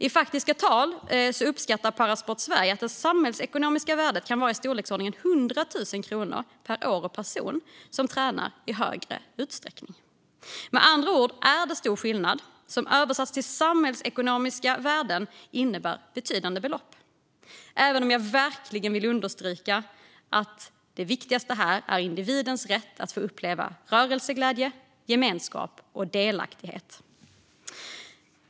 I faktiska tal uppskattar Parasport Sverige att det samhällsekonomiska värdet kan vara i storleksordningen 100 000 kronor per år och person som tränar i större utsträckning. Med andra ord är det en stor skillnad, som översatt till samhällsekonomiska värden innebär betydande belopp - även om jag verkligen vill understryka att det viktigaste här är individens rätt att få uppleva rörelseglädje, gemenskap och delaktighet.